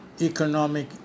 economic